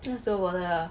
那时候我的